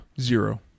Zero